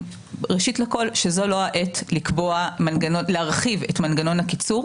ראשית לכל אנחנו סבורים שזו לא העת להרחיב את מנגנון הקיצור.